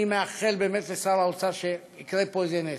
אני מאחל באמת לשר האוצר שיקרה פה איזה נס,